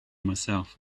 myself